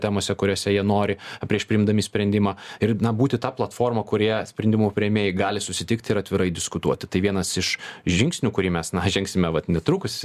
temose kuriose jie nori prieš priimdami sprendimą ir na būti ta platforma kurioje sprendimų priėmėjai gali susitikti ir atvirai diskutuoti tai vienas iš žingsnių kurį mes na žengsime vat netrukus